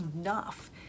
enough